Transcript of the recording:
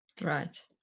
Right